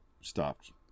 stopped